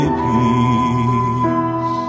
peace